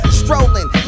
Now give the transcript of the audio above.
strolling